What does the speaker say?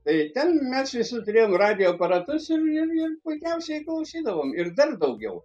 tai ten mes visi turėjom radijo aparatus ir ir ir puikiausiai klausydavom ir dar daugiau